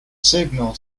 signal